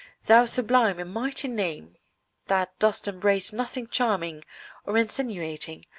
thou sublime and mighty name that dost embrace nothing charming or insinuating,